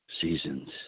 Seasons